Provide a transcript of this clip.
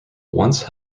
once